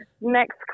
Next